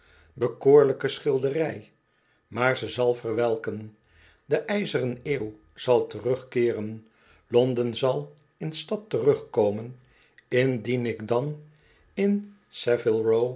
bekoorlijke schilderij maar ze zal verwelken de ijzeren eeuw zal terugkeeren l o nden zal in stad terugkomen indien ik dan in